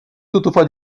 toutefois